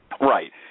Right